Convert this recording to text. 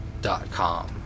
dot-com